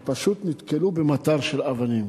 ופשוט נתקלו במטר של אבנים.